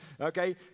okay